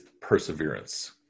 perseverance